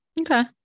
Okay